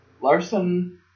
Larson